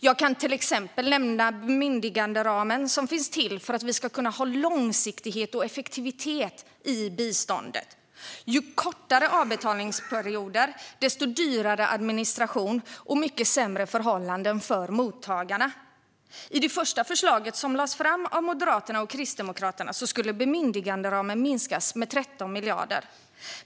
Jag kan som exempel nämna bemyndiganderamen, som finns till för att vi ska kunna ha långsiktighet och effektivitet i biståndet. Ju kortare utbetalningsperioder, desto dyrare administration och sämre förhållanden för mottagarna. I det första förslaget som lades fram av Moderaterna och Kristdemokraterna skulle bemyndiganderamen minskas med 13 miljarder.